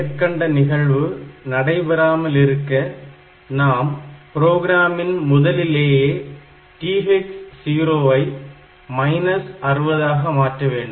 மேற்கண்ட நிகழ்வு நடைபெறாமல் இருக்க நாம் புரோகிராமின் முதலிலேயே TH0 ஐ மைனஸ் 60 ஆக மாற்ற வேண்டும்